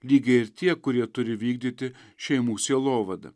lygiai ir tie kurie turi vykdyti šeimų sielovada